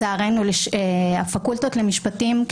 לצערנו, הפקולטות למשפטים לא מלמדות את זה.